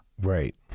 Right